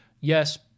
yes